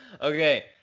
Okay